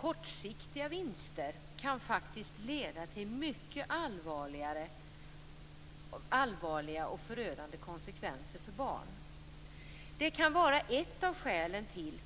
Kortsiktiga vinster kan faktiskt leda till mycket allvarliga och förödande konsekvenser för barn. Det kan vara ett av skälen till